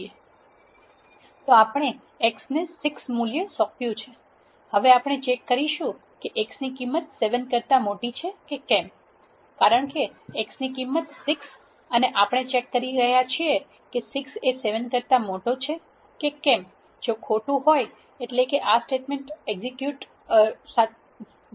તો આપણે x ને 6 નું મૂલ્ય સોંપ્યું છે હવે આપણે ચેક કરશુ કે x ની કિંમત 7 કરતા મોટી છે કે કેમ કારણ કે x ની કિંમત 6 અને આપણે ચેક કરી રહ્યા છીએ કે 6 એ 7 કરતા મોટો છે કે કેમ જે ખોટુ છે એટલે આ સ્ટેટમેન્ટ એક્ઝેક્યુટ થશે નહી